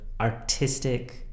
artistic